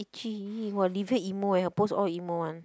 itchy !wah! Livia emo eh her post all emo one